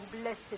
blessed